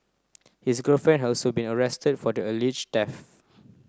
his girlfriend had also been arrested for the alleged theft